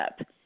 up